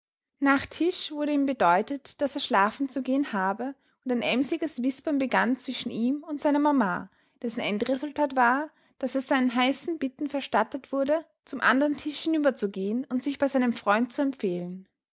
nach tisch wurde ihm bedeutet daß er schlafen zu gehen habe und ein emsiges wispern begann zwischen ihm und seiner mama dessen endresultat war daß es seinen heißen bitten verstattet wurde zum andern tisch hinüberzugehen und sich bei seinem freund zu empfehlen